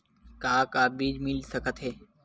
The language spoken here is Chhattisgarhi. का का बीज मिल सकत हे?